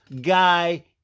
guy